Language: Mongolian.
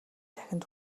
дахинд